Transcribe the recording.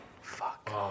fuck